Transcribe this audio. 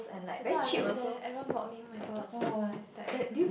that time I went there Aaron bought me oh-my-god so nice there